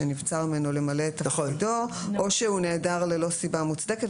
שנבצר ממנו למלא את תפקידו או שהוא נעדר ללא סיבה מוצדקת,